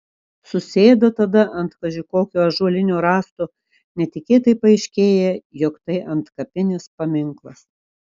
susėda tada ant kaži kokio ąžuolinio rąsto netikėtai paaiškėja jog tai antkapinis paminklas